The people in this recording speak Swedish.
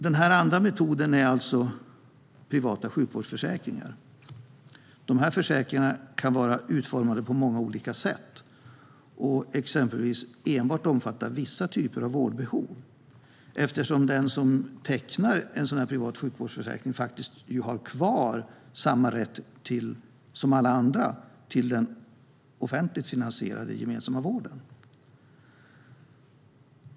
Den andra metoden är alltså privata sjukvårdsförsäkringar. Dessa försäkringar kan vara utformade på många olika sätt och exempelvis enbart omfatta vissa typer av vårdbehov, eftersom den som tecknar en privat sjukvårdsförsäkring ju faktiskt har kvar samma rätt som alla andra till den offentligt finansierade gemensamma vården.